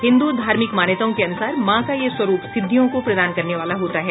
हिन्द्र धार्मिक मान्यताओं के अनुसार माँ का यह स्वरूप सिद्धियों को प्रदान करने वाला होता है